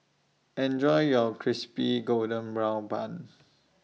Enjoy your Crispy GoldenBrown Bun